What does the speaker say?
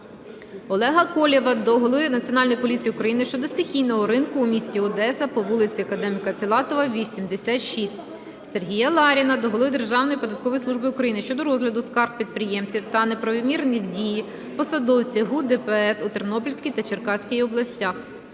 Олега Колєва до голови Національної поліції України щодо стихійного ринку у місті Одеса по вулиці Академіка Філатова, 86. Сергія Ларіна до голови Державної податкової служби України щодо розгляду скарг підприємців та неправомірні дії посадовців ГУ ДПС у Тернопільській та Черкаській областях.